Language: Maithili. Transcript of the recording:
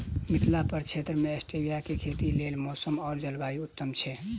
मिथिला प्रक्षेत्र मे स्टीबिया केँ खेतीक लेल मौसम आ जलवायु उत्तम छै?